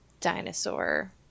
Dinosaur